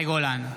מאי גולן,